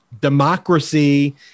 democracy